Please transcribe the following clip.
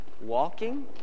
Walking